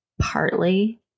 partly